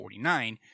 1949